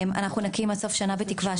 אנחנו נקים עוד סוף השנה בתקווה,